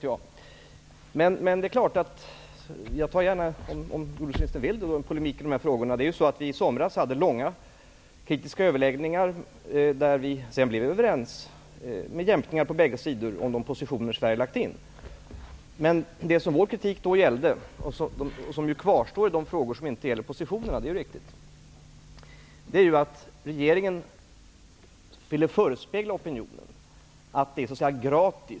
Jag tar gärna polemik i de här frågorna om jordbruksministern vill det. I somras hade vi långa kritiska överläggningar där vi, med jämkningar på bägge sidor, sedan blev överens om de positioner Sverige lagt in. Vår kritik då gällde att regeringen ville förespegla opinionen att det är gratis att kräva stora kvoter, det kostar egentligen ingenting för skattebetalarna.